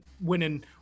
winning